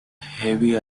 heavy